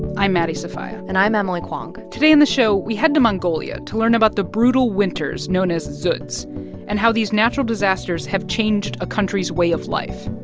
i'm maddie sofia and i'm emily kwong today on the show, we head to mongolia to learn about the brutal winters known as dzuds and how these natural disasters have changed a country's way of life